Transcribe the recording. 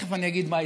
מה ההסתייגות,